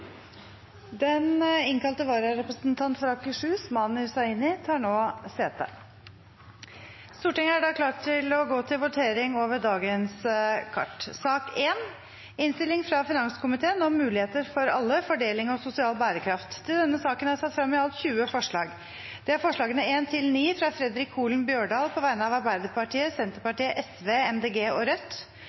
Den innkalte vararepresentanten for Akershus, Mani Hussaini , tar nå sete. Under debatten er det satt frem i alt 20 forslag. Det er forslagene nr. 1–9, fra Fredric Holen Bjørdal på vegne av Arbeiderpartiet, Senterpartiet, Sosialistisk Venstreparti, Miljøpartiet De Grønne og Rødt